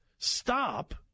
Stop